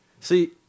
See